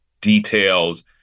details